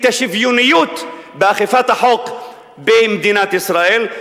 ה"שוויוניות" באכיפת החוק במדינת ישראל.